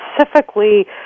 specifically